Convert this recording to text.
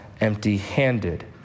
empty-handed